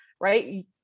right